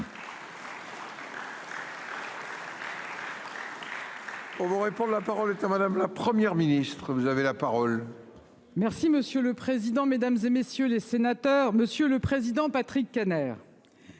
On vous réponde. La parole est à madame la Première ministre vous avez la parole. Merci monsieur le président, Mesdames, et messieurs les sénateurs, Monsieur le Président, Patrick Kanner.